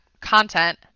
content